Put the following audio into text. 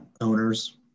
owners